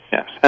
Yes